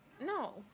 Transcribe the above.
No